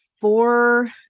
four